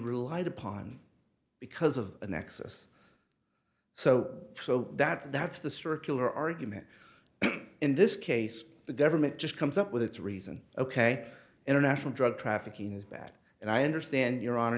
relied upon because of an excess so so that's that's the circular argument in this case the government just comes up with its reason ok international drug trafficking is bad and i understand your honor